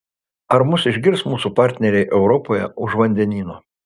ar mus išgirs mūsų partneriai europoje už vandenyno